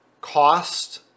cost